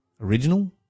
original